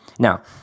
Now